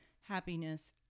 happiness